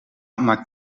maakt